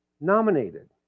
nominated